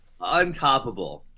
Untoppable